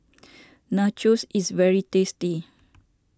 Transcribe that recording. Nachos is very tasty